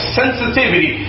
sensitivity